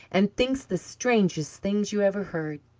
and thinks the strangest things you ever heard.